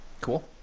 Cool